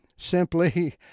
Simply